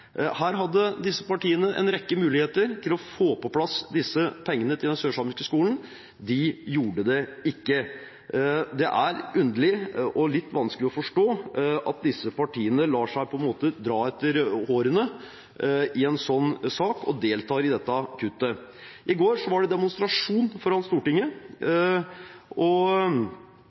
Her hadde disse partiene en rekke muligheter til å få på plass disse pengene til den sørsamiske skolen – de gjorde det ikke. Det er underlig og litt vanskelig å forstå at disse partiene på en måte lar seg dra etter hårene i en sånn sak, og deltar i dette kuttet. I går var det demonstrasjon foran Stortinget,